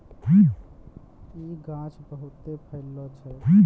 इ गाछ बहुते फैलै छै